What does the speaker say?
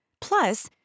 Plus